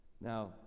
Now